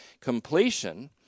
completion